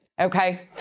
okay